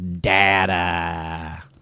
data